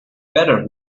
better